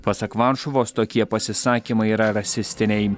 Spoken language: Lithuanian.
pasak varšuvos tokie pasisakymai yra rasistiniai